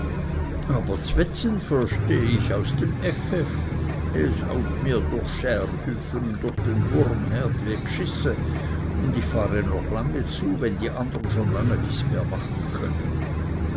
aber ds wetzen verstehe ich aus dem ff es haut mir durch schärhüfe und durch den wurmherd wie gschisse und ich fahre noch lange zu wenn die andern schon lange nichts mehr machen können